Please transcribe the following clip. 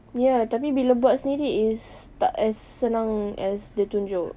ya tapi bila buat sendiri is tak as senang as dia tunjuk